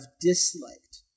disliked